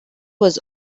was